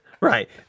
Right